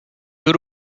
due